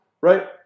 right